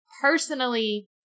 personally